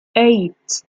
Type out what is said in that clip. eight